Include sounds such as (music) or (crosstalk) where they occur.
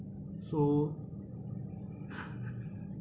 so (laughs)